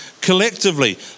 collectively